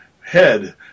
head